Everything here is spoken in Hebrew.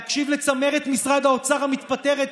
להקשיב לצמרת משרד האוצר המתפטרת,